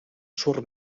sur